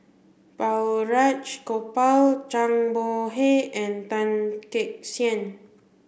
Balraj Gopal Zhang Bohe and Goh Teck Sian